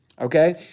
okay